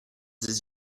dix